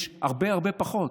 שיש הרבה הרבה פחות,